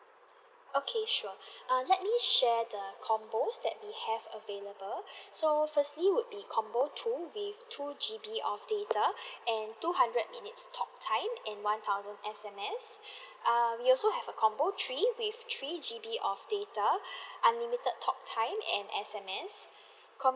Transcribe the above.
okay sure err let me share the combos that we have available so firstly would be combo two with two G_B of data and two hundred minutes talk time and one thousand S_M_S err we also have a combo three with three G_B of data unlimited talk time and S_M_S